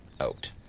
out